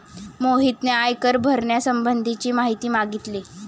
मोहितने आयकर भरण्यासंबंधीची माहिती मागितली